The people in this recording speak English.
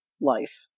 life